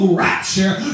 rapture